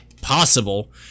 possible